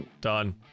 Done